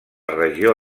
regió